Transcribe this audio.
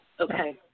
Okay